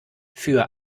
für